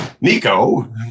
Nico